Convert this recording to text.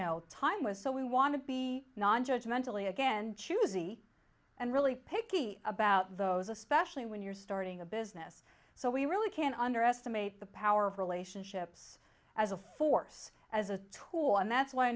time with so we want to be nonjudgmental ie again choosy and really picky about those especially when you're starting a business so we really can't underestimate the power of relationships as a force as a tool and that's why i